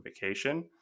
vacation